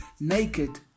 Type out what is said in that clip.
naked